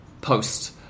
post-